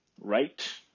right